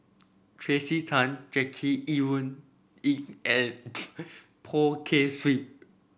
Tracey Tan Jackie Yi Ru Ying and Poh Kay Swee